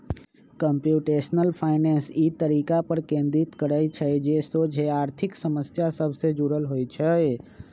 computational finance इ तरीका पर केन्द्रित करइ छइ जे सोझे आर्थिक समस्या सभ से जुड़ल होइ छइ